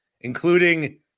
including